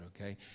Okay